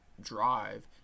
drive